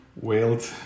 wailed